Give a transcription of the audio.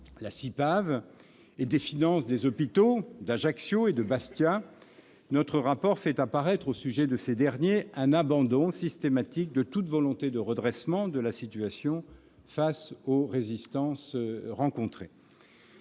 la CIPAV, et des finances des hôpitaux d'Ajaccio et de Bastia. Notre rapport fait apparaître au sujet de ces derniers un abandon systématique de toute volonté de redressement de la situation, face aux résistances rencontrées.